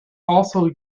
also